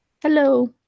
Hello